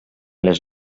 les